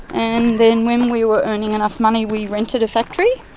and then when we were earning enough money we rented a factory.